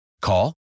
Call